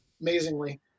amazingly